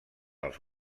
els